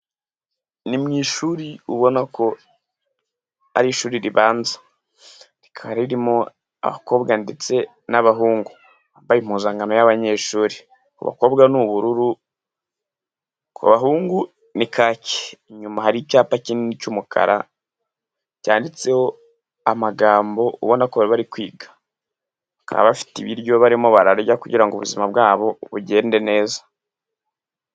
Ni mu ishuri ubona ko ari ishuri ribanza, rikaba ririmo abakobwa ndetse n'abahungu bambaye impuzankano y'abanyeshuri abakobwa ni ubururu, ku bahungu ni kake, inyuma hari icyapa kinini cy'umukara cyanditseho amagambo ubona ko bari bari kwiga, bakaba bafite ibiryo barimo bararya kugira ngo ubuzima bwabo bugende neza.